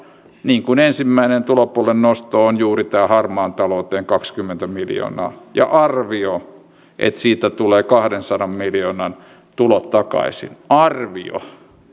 niin kuin ensimmäinen tulopuolen nosto on juuri tämä harmaaseen talouteen kaksikymmentä miljoonaa ja on arvio että siitä tulee kahdensadan miljoonan tulot takaisin arvio